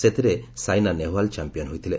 ସେଥିରେ ନାଇନା ନେହୱାଲ ଚାମ୍ପିୟନ୍ ହୋଇଥିଲେ